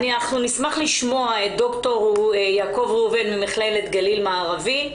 אנחנו נשמח לשמוע ד"ר יעקב ראובן ממכללת גליל מערבי,